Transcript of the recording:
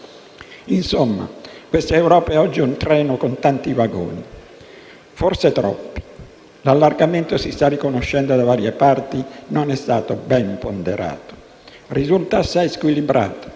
Insomma, questa Europa è oggi un treno con tanti vagoni. Forse, troppi. L'allargamento - si sta riconoscendo da varie parti - non è stato ben ponderato. Risulta assai squilibrato: